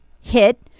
hit